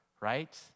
right